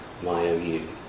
MyOU